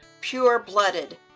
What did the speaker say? pure-blooded